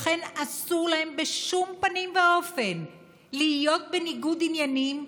לכן אסור להם בשום פנים ואופן להיות בניגוד עניינים,